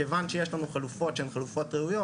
מכיוון שיש לנו חלופות שהן חלופות ראויות